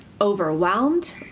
overwhelmed